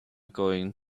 going